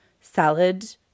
Salad